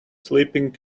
sleeping